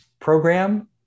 program